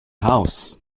house